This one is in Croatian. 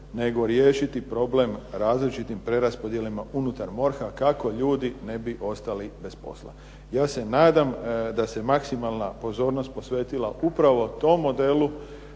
nego riješiti problem različitim preraspodjelama unutar MORH-a kako ljudi ne bi ostali bez posla. Ja se nadam da se maksimalna pozornost posvetila upravo tom modelu,